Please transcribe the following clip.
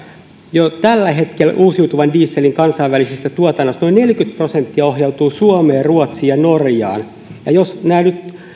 jo tällä hetkellä uusiutuvan dieselin kansainvälisestä tuotannosta noin neljäkymmentä prosenttia ohjautuu suomeen ruotsiin ja norjaan jos nämä nyt